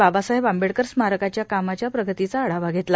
बाबासाहेब आंबेडकर स्मारकाच्या कामाच्या प्रगतीचा आढावा घेतला